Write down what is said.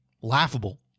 laughable